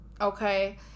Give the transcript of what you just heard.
Okay